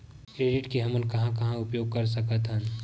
Credit के हमन कहां कहा उपयोग कर सकत हन?